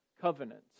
covenant